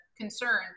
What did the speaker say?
concern